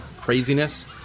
craziness